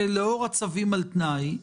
לאור הצווים על תנאי,